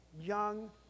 young